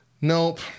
Nope